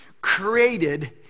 created